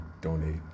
donate